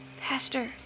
Pastor